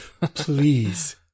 please